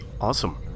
Awesome